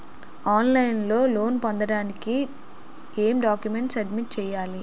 On line లో loan పొందటానికి ఎం డాక్యుమెంట్స్ సబ్మిట్ చేయాలి?